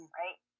right